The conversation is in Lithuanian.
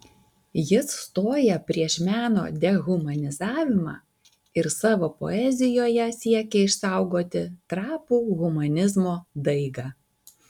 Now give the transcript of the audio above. jis stoja prieš meno dehumanizavimą ir savo poezijoje siekia išsaugoti trapų humanizmo daigą